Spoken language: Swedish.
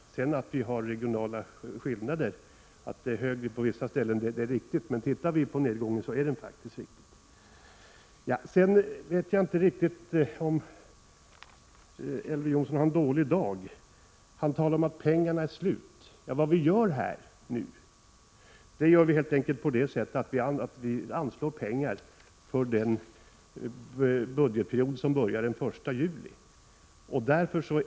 Det är riktigt att det förekommer regionala skillnader med högre arbetslöshet på vissa ställen, men det finns en allmänt nedåtgående trend. Jag undrar vidare om inte Elver Jonsson har en dålig dag. Han talar om att pengarna är slut. Men vi anslår ju nu pengar för den budgetperiod som börjar den 1 juli.